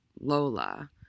Lola